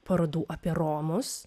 parodų apie romus